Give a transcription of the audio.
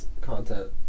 content